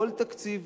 כל תקציב